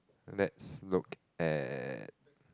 let's look at